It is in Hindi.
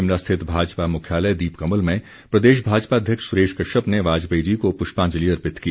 शिमला स्थित भाजपा मुख्यालय दीपकमल में प्रदेश भाजपा अध्यक्ष सुरेश कश्यप ने वाजपेयी जी को पुष्पांजलि अर्पित की